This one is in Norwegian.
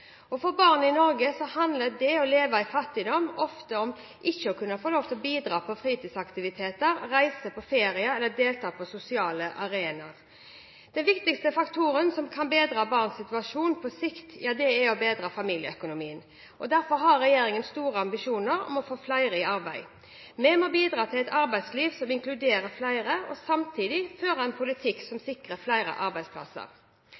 For barn i Norge handler det å leve i fattigdom ofte om ikke å kunne få lov til å bidra på fritidsaktiviteter, reise på ferier eller delta på sosiale arenaer. Den viktigste faktoren som kan bedre barnas situasjon på sikt, er å bedre familieøkonomien. Derfor har regjeringen store ambisjoner om å få flere i arbeid. Vi må bidra til et arbeidsliv som inkluderer flere, og samtidig føre en politikk som sikrer flere arbeidsplasser.